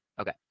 okay